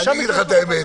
אני אגיד לך את האמת,